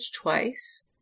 twice